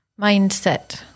mindset